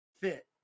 fit